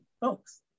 folks